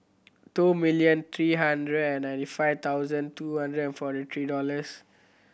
two million three hundred and ninety five thousand two hundred and forty three dollars